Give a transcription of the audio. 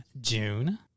June